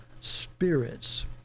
spirits